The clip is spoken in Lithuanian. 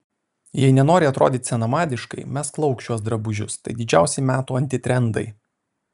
jei nenori atrodyti senamadiškai mesk lauk šiuos drabužius tai didžiausi metų antitrendai